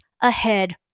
ahead